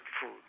food